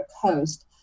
coast